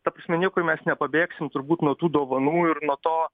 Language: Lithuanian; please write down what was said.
ta prasme niekur mes nepabėgsim turbūt nuo tų dovanų ir nuo to